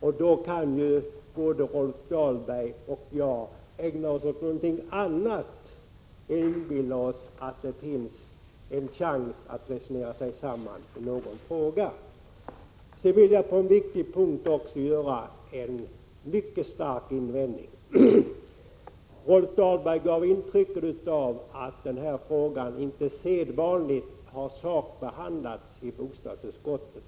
Och då kan ju både Rolf Dahlberg och jag ägna oss åt någonting annat än att inbilla oss att det finns en chans att resonera sig samman i någon fråga. Jag vill göra en mycket stark invändning på ytterligare en punkt. Rolf Dahlberg gav intryck av att den här frågan inte har sakbehandlats på sedvanligt sätt i bostadsutskottet.